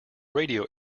radio